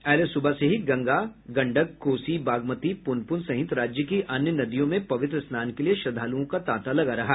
अहले सुबह से ही गंगा गंडक कोसी बागमती पुनपुन सहित राज्य की अन्य नदियों में पवित्र स्नान के लिये श्रद्धालुओं का तांता लगा रहा